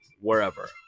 Wherever